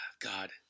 God